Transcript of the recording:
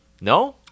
No